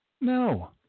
No